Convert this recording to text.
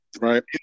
right